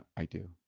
i do